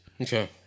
Okay